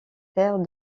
terres